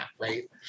right